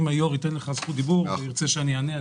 אם היושב-ראש ייתן לך זכות דיבור והוא ירצה שאני אענה,